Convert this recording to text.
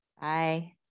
Bye